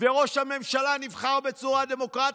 וראש הממשלה נבחרה בצורה דמוקרטית.